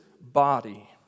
body